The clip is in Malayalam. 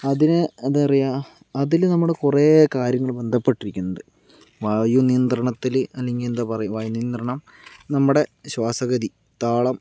അതിന് എന്താ പറയുക അതിൽ നമ്മള് കുറേ കാര്യങ്ങള് ബന്ധപ്പെട്ടിരിക്കണണ്ട് വായുനിയന്ത്രണത്തില് അല്ലെങ്കിൽ എന്താ പറയുക വായു നിയന്ത്രണം നമ്മുടെ ശ്വാസഗതി താളം